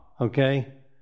okay